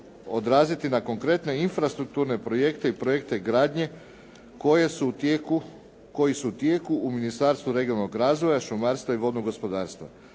odraziti na konkretne infrastrukturne projekte i projekte gradnje koji su u tijeku u Ministarstvu regionalnog razvoja, šumarstva i vodnog gospodarstva.